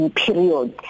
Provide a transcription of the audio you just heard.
period